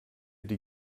die